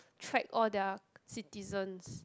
track all their citizens